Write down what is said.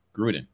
Gruden